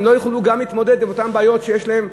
הם לא יוכלו גם להתמודד עם אותן בעיות שיש להם,